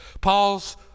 Paul's